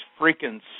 freaking